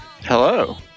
Hello